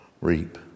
reap